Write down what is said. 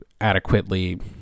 adequately